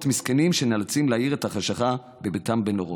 מסכנים שנאלצים להאיר את החשכה בביתם בנרות.